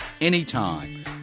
anytime